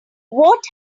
what